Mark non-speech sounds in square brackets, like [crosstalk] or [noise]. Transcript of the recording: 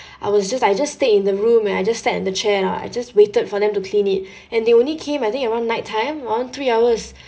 I was just I just stayed in the room and I just sat on the chair lah I just waited for them to clean it [breath] and they only came I think around night time around three hours [breath]